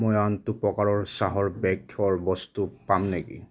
মই আনটো প্ৰকাৰৰ চাহৰ বেগ থোৱাৰ বস্তু পাম নেকি